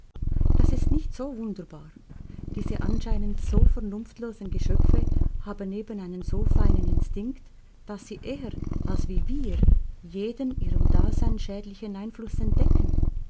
das ist nicht so wunderbar diese anscheinend so vernunftlosen geschöpfe haben eben einen so feinen instinkt daß sie eher als wie wir jeden ihrem dasein schädlichen einfluß entdecken